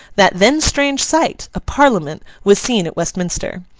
that then strange sight, a parliament, was seen at westminster.